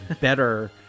better